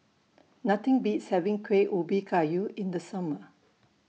Nothing Beats having Kueh Ubi Kayu in The Summer